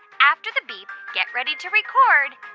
after the beep, get ready to record